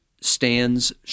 stands